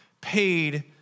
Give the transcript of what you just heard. paid